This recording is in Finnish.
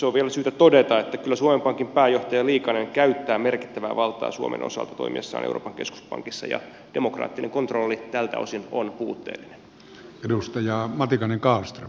se on vielä syytä todeta että kyllä suomen pankin pääjohtaja liikanen käyttää merkittävää valtaa suomen osalta toimiessaan euroopan keskuspankissa ja demokraattinen kontrolli tältä osin on puutteellinen